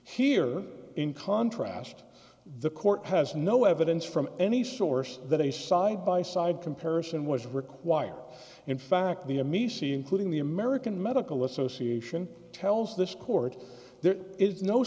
here in contrast the court has no evidence from any source that a side by side comparison was required in fact the a me she including the american medical association tells this court there is no